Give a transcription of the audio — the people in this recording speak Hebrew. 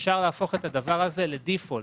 אפשר להפוך את זה לברירת מחדל,